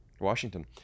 washington